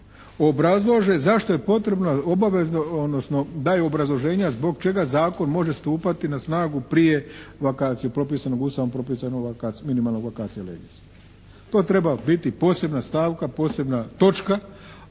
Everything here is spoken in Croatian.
obrazlože zašto je potrebna obaveza, odnosno daju obrazloženja zbog čega zakon može stupati na snagu prije lakacije, propisanog Ustavom propisanog minimalnog lakacia legis. To treba biti posebna stavka, posebna točka